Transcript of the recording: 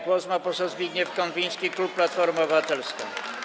Głos ma poseł Zbigniew Konwiński, klub Platforma Obywatelska.